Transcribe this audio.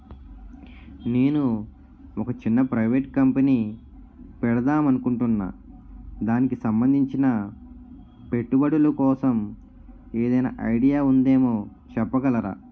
నేను ఒక చిన్న ప్రైవేట్ కంపెనీ పెడదాం అనుకుంటున్నా దానికి సంబందించిన పెట్టుబడులు కోసం ఏదైనా ఐడియా ఉందేమో చెప్పగలరా?